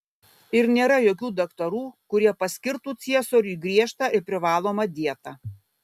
ir nėra jokių daktarų kurie paskirtų ciesoriui griežtą ir privalomą dietą